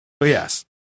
yes